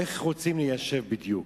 איך רוצים ליישב בדיוק?